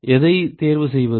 எதை தேர்வு செய்வது